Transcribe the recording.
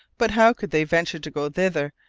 but how could they venture to go thither,